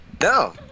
No